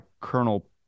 Colonel